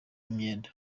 imyenda